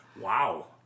Wow